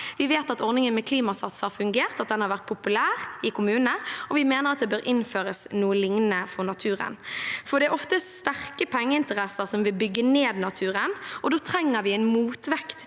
Vi vet at ordningen med Klimasats har fungert, at den har vært populær i kommunene, og vi mener at det bør innføres noe lignende for naturen. Det er ofte sterke pengeinteresser som vil bygge ned naturen, og da trenger vi en motvekt til